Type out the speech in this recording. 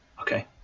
Okay